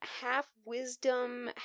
half-wisdom